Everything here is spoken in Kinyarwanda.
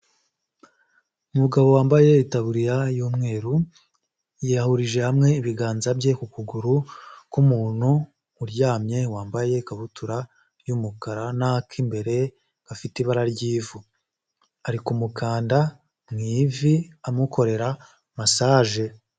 Umugabo wambaye taburiya y'umweru yahurije hamwe ibiganza bye ku kuguru k'umuntu uryamye wambaye ikabutura y'umukara nak'imbere gafite ibara ry'ivu ari ku mukanda mu ivi amukorera massage.